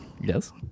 Yes